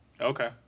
Okay